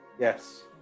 Yes